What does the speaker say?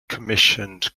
commissioned